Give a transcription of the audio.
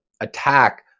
attack